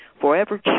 forever